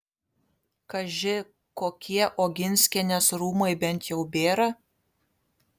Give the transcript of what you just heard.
kaži kokie oginskienės rūmai bent jau bėra